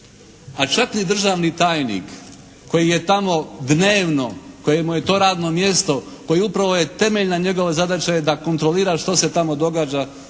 a čak ni državni tajnik koji je tamo dnevno, kojemu je to radno mjesto kojemu upravo je temeljna njegova zadaća je da kontrolira što se tamo događa